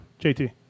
JT